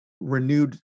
renewed